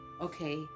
okay